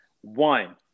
One